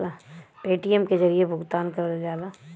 Paytm के जरिये भुगतान करल जाला